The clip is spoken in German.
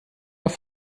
doch